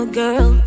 girl